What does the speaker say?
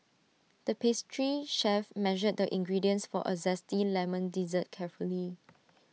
the pastry chef measured the ingredients for A Zesty Lemon Dessert carefully